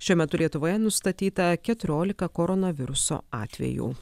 šiuo metu lietuvoje nustatyta keturiolika koronaviruso atvejų